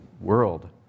world